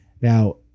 Now